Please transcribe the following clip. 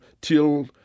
till